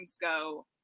go